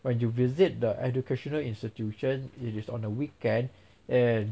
when you visit the educational institution it is on a weekend and